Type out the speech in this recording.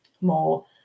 more